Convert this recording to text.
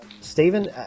Stephen